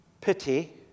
pity